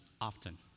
often